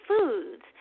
foods